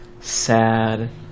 sad